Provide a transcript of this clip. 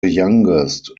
youngest